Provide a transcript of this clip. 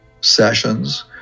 sessions